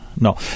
No